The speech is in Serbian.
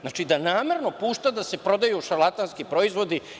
Znači, da namerno pušta da se prodaju šarlatanski proizvodi.